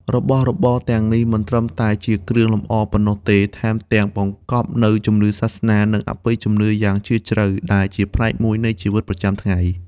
របស់របរទាំងនេះមិនត្រឹមតែជាគ្រឿងលម្អប៉ុណ្ណោះទេ ថែមទាំងបង្កប់នូវជំនឿសាសនា និងអបិយជំនឿយ៉ាងជ្រាលជ្រៅ ដែលជាផ្នែកមួយនៃជីវិតប្រចាំថ្ងៃ។